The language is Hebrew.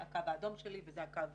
זה הקו האדום שלי וזה הקו